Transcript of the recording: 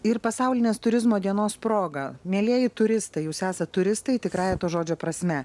ir pasaulinės turizmo dienos proga mielieji turistai jūs esat turistai tikrąja to žodžio prasme